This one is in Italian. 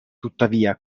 tuttavia